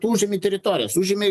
tu užėmei teritorijas užėmei